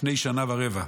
לפני שנה ורבע.